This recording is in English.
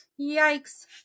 yikes